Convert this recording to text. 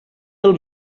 del